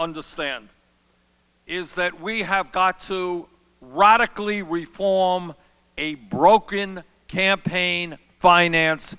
understand is that we have got to radically form a broken campaign finance